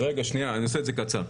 רגע שנייה, אני אעשה את זה קצר.